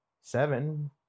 seven